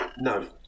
no